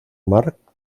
mark